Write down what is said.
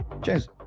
James